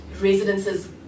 residences